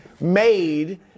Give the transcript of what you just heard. made